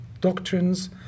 doctrines